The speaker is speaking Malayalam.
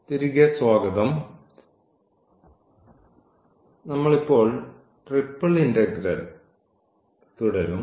തിരികെ സ്വാഗതം നമ്മൾ ഇപ്പോൾ ട്രിപ്പിൾ ഇന്റഗ്രൽ തുടരും